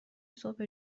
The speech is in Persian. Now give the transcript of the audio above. صبح